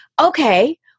okay